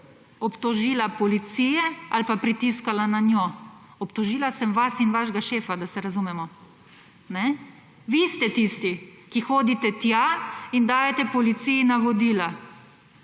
obtožila Policije ali pa pritiskala na njo. Obtožila sem vas in vašega šefa, da se razumemo. Vi ste tisti, ki hodite tja in dajete Policiji navodila.